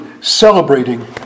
celebrating